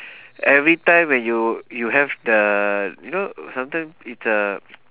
every time when you you have the you know sometime it's uh